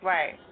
Right